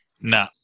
No